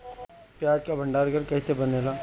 प्याज के भंडार घर कईसे बनेला?